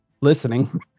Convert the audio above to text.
listening